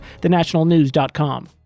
thenationalnews.com